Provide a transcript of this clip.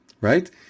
right